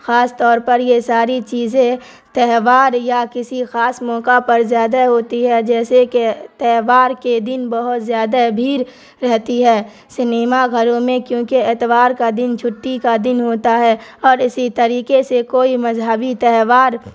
خاص طور پر یہ ساری چیزیں تہوار یا کسی خاص موقع پر زیادہ ہوتی ہے جیسے کہ تہوار کے دن بہت زیادہ بھیڑ رہتی ہے سنیما گھروں میں کیونکہ اتوار کا دن چھٹی کا دن ہوتا ہے اور اسی طریقے سے کوئی مذہبی تہوار